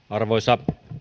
arvoisa